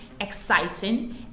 exciting